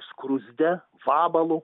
skruzde vabalu